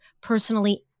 personally